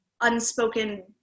unspoken